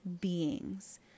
beings